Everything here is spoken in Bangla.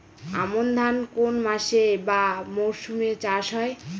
আমন ধান কোন মাসে বা মরশুমে চাষ হয়?